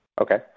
Okay